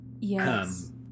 Yes